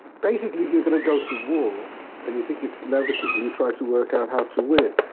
basically if you're going to go to war and you think it's inevitable, you try to work out how to win,